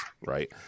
right